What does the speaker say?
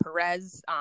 Perez